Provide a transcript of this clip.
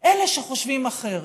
אלה שחושבים אחרת,